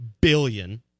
billion